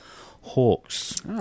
Hawks